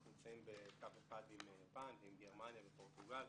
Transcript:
אנחנו נמצאים בקו אחד עם יפן וגם גרמניה ופורטוגל,